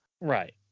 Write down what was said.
Right